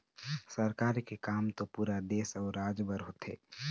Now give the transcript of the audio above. सरकार के काम तो पुरा देश अउ राज बर होथे